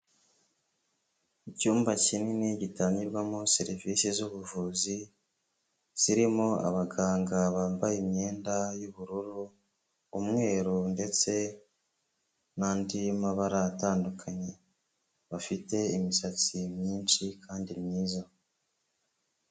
Icyumba kinini gitangirwamo serivisi z'ubuvuzi, kirimo abaganga bambaye imyenda y'ubururu, umweru ndetse n'andi mabara atandukanye, bafite imisatsi myinshi kandi myiza.